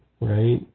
right